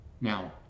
Now